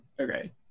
Okay